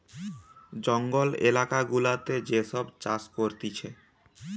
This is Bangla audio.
জঙ্গল এলাকা গুলাতে যে সব চাষ করতিছে